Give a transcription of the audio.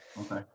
Okay